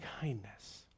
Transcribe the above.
kindness